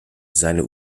seine